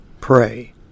pray